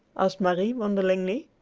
asked marie wonderingly.